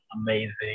amazing